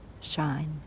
shine